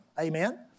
Amen